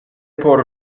por